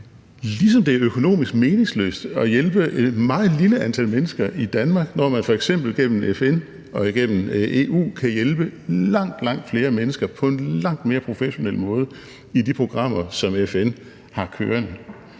ligesom det er økonomisk meningsløst at hjælpe et meget lille antal mennesker i Danmark, når man f.eks. gennem FN og gennem EU kan hjælpe langt, langt flere mennesker på en langt mere professionel måde i de programmer, som FN har kørende.